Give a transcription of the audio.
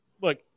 look